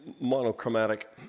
monochromatic